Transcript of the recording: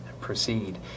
proceed